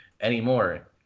anymore